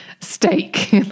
steak